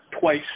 twice